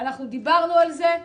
אנחנו דיברנו על זה,